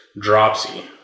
dropsy